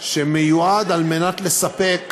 שמיועד לספק